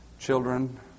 Children